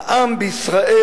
העם בישראל